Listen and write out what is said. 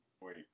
Wait